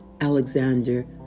alexander